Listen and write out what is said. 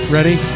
Ready